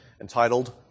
entitled